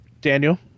Daniel